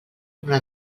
una